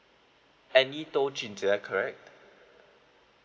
kenny tow jun jie correct